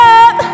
up